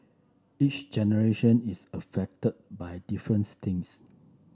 each generation is affected by difference things